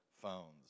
phones